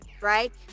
right